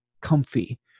comfy